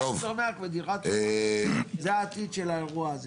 בית צומח ודירה צומחת זה העתיד של האירוע הזה.